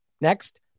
next